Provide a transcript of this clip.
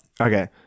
Okay